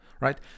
right